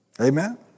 Amen